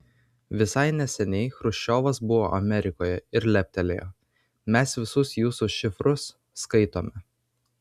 visai neseniai chruščiovas buvo amerikoje ir leptelėjo mes visus jūsų šifrus skaitome